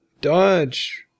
Dodge